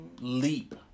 leap